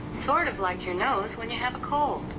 sort of like your nose when you have a cold.